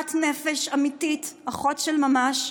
חברת נפש אמיתית, אחות של ממש.